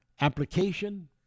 application